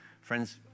Friends